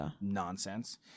nonsense